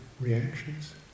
reactions